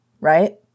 Right